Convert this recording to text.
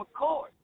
McCord